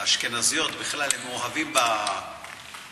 אשכנזיות בכלל, הם מאוהבים בחקירה.